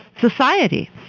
society